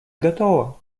готово